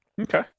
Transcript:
Okay